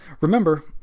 Remember